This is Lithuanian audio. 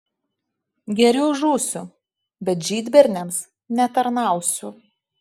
geriau žūsiu bet žydberniams netarnausiu